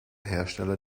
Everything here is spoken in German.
hersteller